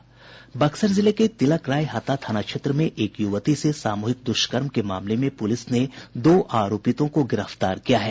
बक्सर जिले के तिलक राय हाता थाना क्षेत्र में एक युवती से सामूहिक दुष्कर्म के मामले में पुलिस ने दो आरोपितों को गिरफ्तार किया है